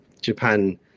Japan